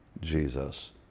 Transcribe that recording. Jesus